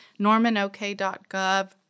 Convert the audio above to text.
normanok.gov